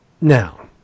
Now